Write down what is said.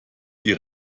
die